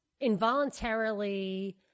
involuntarily